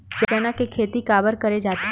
चना के खेती काबर करे जाथे?